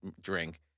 drink